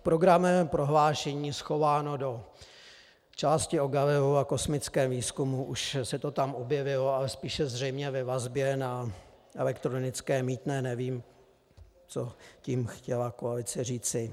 V programovém prohlášení schováno do části o Galileově kosmickém výzkumu, už se to tam objevilo, ale spíše zřejmě ve vazbě na elektronické mýtné, nevím, co tím chtěla koalice říci.